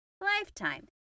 lifetime